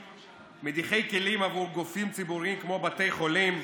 מדיחי כלים עבור גופים ציבוריים כמו בתי חולים,